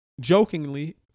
jokingly